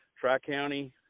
Tri-County